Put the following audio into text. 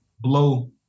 blow